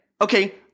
Okay